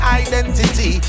identity